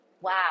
wow